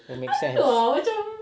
don't make sense